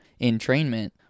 entrainment